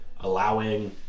allowing